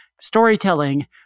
storytelling